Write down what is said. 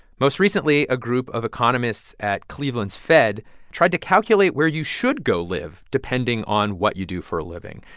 most recently, a group of economists at cleveland's fed tried to calculate where you should go live depending on what you do for a living.